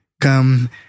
come